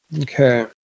okay